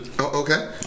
okay